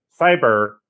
cyber